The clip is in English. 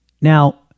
Now